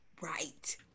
right